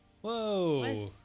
Whoa